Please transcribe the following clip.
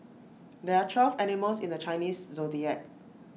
there are twelve animals in the Chinese Zodiac